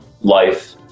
life